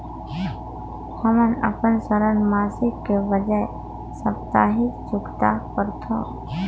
हमन अपन ऋण मासिक के बजाय साप्ताहिक चुकता करथों